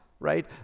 right